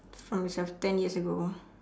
from yourself ten years ago